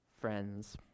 friends